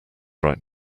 right